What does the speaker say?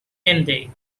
hindi